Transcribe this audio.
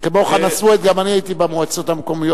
כמו חנא סוייד גם אני הייתי במועצות המקומיות,